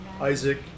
Isaac